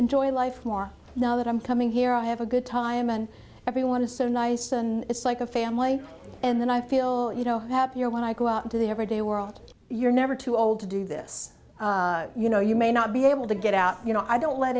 enjoy life more now that i'm coming here i have a good time and everyone is so nice and it's like a family and then i feel you know happier when i go out into the everyday world you're never too old to do this you know you may not be able to get out you know i don't let